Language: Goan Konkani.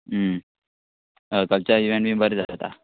अ कल्चरल इवेंट बी बरें जाता